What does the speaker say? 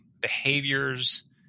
behaviors